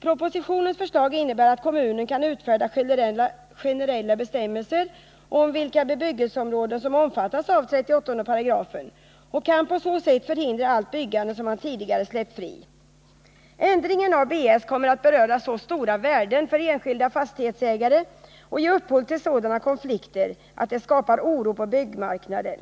Propositionens förslag innebär att kommunerna kan utfärda generella bestämmelser om vilka bebyggelseområden som omfattas av 38 § och att de på så sätt kan förhindra allt byggande som man tidigare släppt fri. Ändringen av byggnadsstadgan kommer att beröra så stora värden för enskilda fastighetsägare och ge upphov till sådana konflikter att det skapar oro på byggmarknaden.